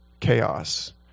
chaos